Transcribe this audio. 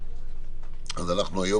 היום